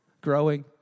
growing